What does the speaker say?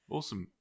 Awesome